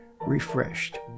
refreshed